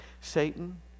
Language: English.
Satan